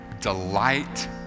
Delight